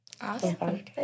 Awesome